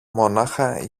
μονάχα